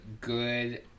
good